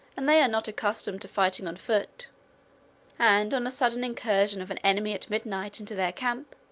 and they are not accustomed to fighting on foot and on a sudden incursion of an enemy at midnight into their camp,